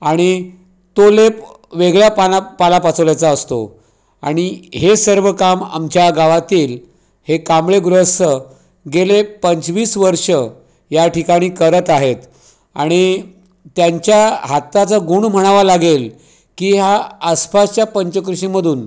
आणि तो लेप वेगळ्या पाला पालापाचवल्याचा असतो आणि हे सर्व काम आमच्या गावातीलहे कांबळे गृहस्थ गेले पंचवीस वर्षं या ठिकाणी करत आहेत आणि त्यांच्या हाताचा गुण म्हणावा लागेल की या आसपासच्या पंचकृषीमधून